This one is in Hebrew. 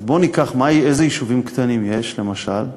אז בואי ניקח, אילו יישובים קטנים יש, למשל?